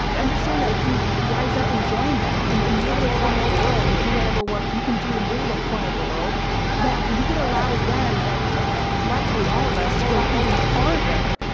understand that if you rise up and join them and in your little corner of the world and do whatever work you can do in your little corner of the world that you could allow them collectively, all of us to go even farther.